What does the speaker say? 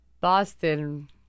Boston